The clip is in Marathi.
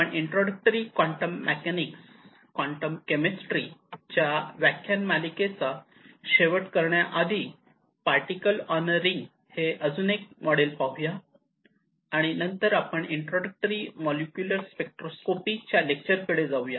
आपण इंट्रोडक्टरी क्वांटम केमिस्ट्री च्या या व्याख्यान मालिकेचा शेवट करण्याआधी पार्टिकल ऑन अ रिंग हे अजून एक मॉडेल पाहूया आणि नंतर आपण इंट्रोडक्टरी मॉलिक्युलर स्पेक्ट्रोस्कॉपी च्या लेक्चर कडे जाऊ या